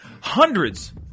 hundreds